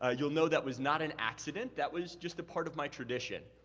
ah you'll know that was not an accident. that was just a part of my tradition.